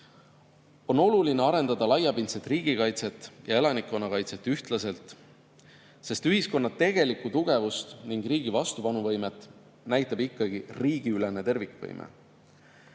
On oluline arendada laiapindset riigikaitset ja elanikkonnakaitset ühtlaselt, sest ühiskonna tegelikku tugevust ning riigi vastupanuvõimet näitab ikkagi riigiülene tervikvõime.